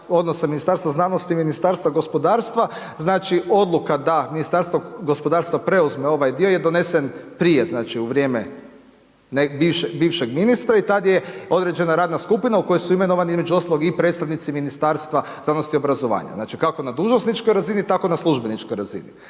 odnosa Ministarstva znanosti i Ministarstva gospodarstva, znači odluka da Ministarstvo gospodarstva preuzme ovaj dio je donesen prije, znači u vrijeme bivšeg ministra i tad je određena radna skupina u koju su imenovani između ostalog i predstavnici Ministarstva znanosti, obrazovanja. Znači kako na dužnosničkoj razini, tako i na službeničkoj razini.